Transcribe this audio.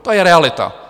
To je realita.